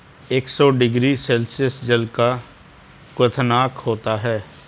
एक सौ degree Celsius जल का क्वथनांक होता है